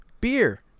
beer